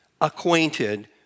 acquainted